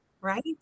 Right